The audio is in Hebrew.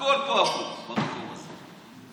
הכול פה הפוך במקום הזה.